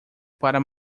para